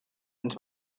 ens